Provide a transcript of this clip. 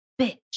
bitch